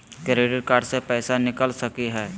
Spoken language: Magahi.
क्रेडिट कार्ड से पैसा निकल सकी हय?